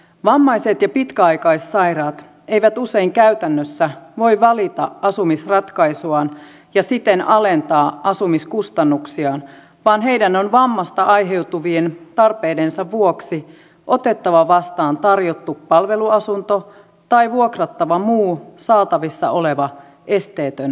vammaiset ja pitkäaikaissairaat eivät usein käytännössä voi valita asumisratkaisuaan ja siten alentaa asumiskustannuksiaan vaan heidän on vammasta aiheutuvien tarpeidensa vuoksi otettava vastaan tarjottu palveluasunto tai vuokrattava muu saatavissa oleva esteetön asunto